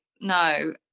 no